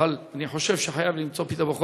אבל אני חושב שחייבים למצוא פתרון.